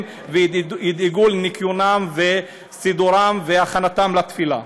וידאגו לניקיונם וסידורם והכנתם לתפילה.